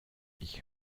ich